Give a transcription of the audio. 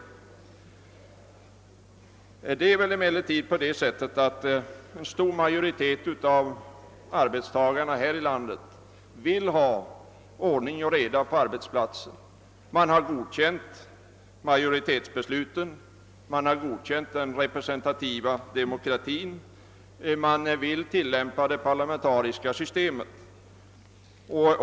Nu är det väl emellertid på det sättet att en stor majoritet av arbetstagarna här i landet vill ha ordning och reda på arbetsplatsen. Man har godkänt majoritetsbesluten, man har accepterat den representativa demokratin och man vill tillämpa det parlamentariska systemet.